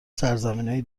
سرزمینای